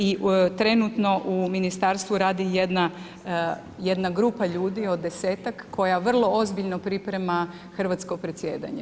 I trenutno u ministarstvu radi jedna grupa ljudi od desetak koja vrlo ozbiljno priprema hrvatsko predsjedanje.